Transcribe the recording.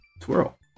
twirl